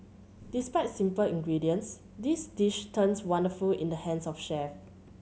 despite simple ingredients this dish turns wonderful in the hands of chef